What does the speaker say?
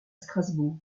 strasbourg